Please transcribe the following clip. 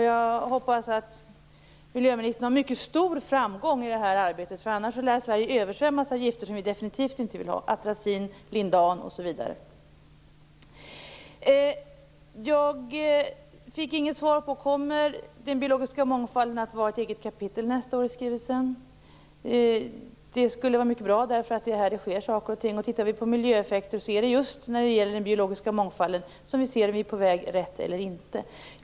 Jag hoppas att miljöministern har mycket stor framgång i det arbetet. Om inte lär Sverige översvämmas av gifter som vi definitivt inte vill ha: atrazin, lindan osv. Jag fick inget svar på frågan om den biologiska mångfalden kommer att utgöra ett eget kapitel i skrivelsen nästa år. Det skulle vara mycket bra. Det är på det området det sker någonting. Det är just om vi tittar på den biologiska mångfalden som vi ser om vi är på väg åt rätt håll eller inte vad gäller miljöeffekterna.